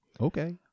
okay